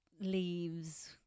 leaves